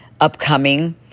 upcoming